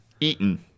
Eaton